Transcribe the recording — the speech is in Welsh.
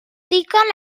ddigon